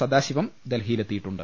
Sadasivam ഡൽഹിയിലെത്തിയിട്ടുണ്ട്